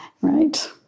Right